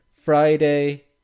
Friday